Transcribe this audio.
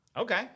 Okay